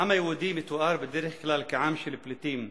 העם היהודי מתואר בדרך כלל כעם של פליטים,